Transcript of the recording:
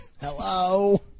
Hello